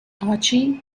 archie